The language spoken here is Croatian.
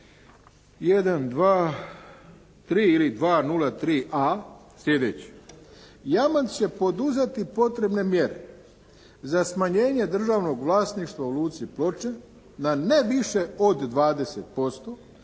1., 2., 3. ili 203a. sljedeće: Jamac će poduzeti potrebne mjere, za smanjenje državnog vlasništva u Luci Ploče na ne više od 20%